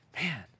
Man